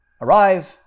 arrive